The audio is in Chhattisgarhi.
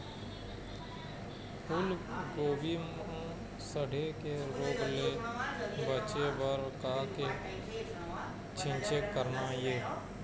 फूलगोभी म सड़े के रोग ले बचे बर का के छींचे करना ये?